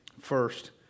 First